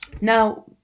Now